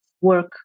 work